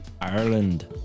Ireland